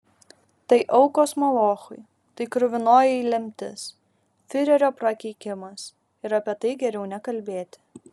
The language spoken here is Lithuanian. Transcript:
tai aukos molochui tai kruvinoji lemtis fiurerio prakeikimas ir apie tai geriau nekalbėti